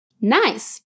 Nice